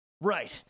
Right